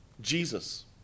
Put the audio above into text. Jesus